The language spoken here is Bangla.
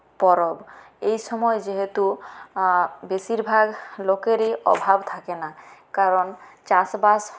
পরব এই সময় যেহেতু বেশিরভাগ লোকেরই অভাব থাকে না কারণ চাষ বাস